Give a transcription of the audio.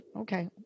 Okay